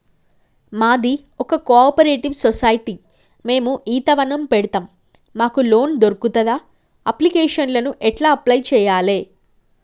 మాది ఒక cooperative society మేము ఈత వనం పెడతం మాకు లోన్ దొర్కుతదా? అప్లికేషన్లను ఎట్ల అప్లయ్ చేయాలే?